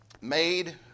made